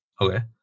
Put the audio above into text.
Okay